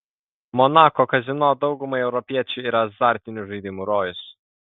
monako kazino daugumai europiečių yra azartinių žaidimų rojus